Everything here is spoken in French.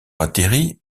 atterrit